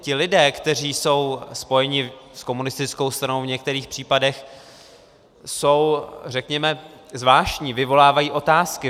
No a ti lidé, kteří jsou spojeni s komunistickou stranou, v některých případech jsou, řekněme, zvláštní, vyvolávají otázky.